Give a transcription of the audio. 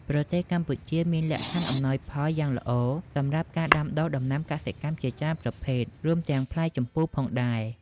ប្រទេសកម្ពុជាមានលក្ខខណ្ឌអំណោយផលយ៉ាងល្អសម្រាប់ការដាំដុះដំណាំកសិកម្មជាច្រើនប្រភេទ រួមទាំងផ្លែជម្ពូផងដែរ។